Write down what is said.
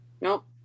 Nope